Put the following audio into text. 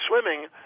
swimming